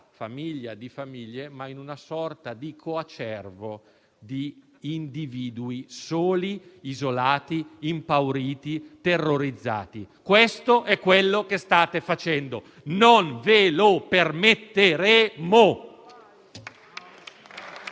società di famiglie in una sorta di coacervo di individui soli, isolati, impauriti e terrorizzati. Questo è quanto state facendo. Non ve lo permetteremo.